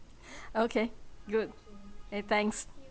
okay good hey thanks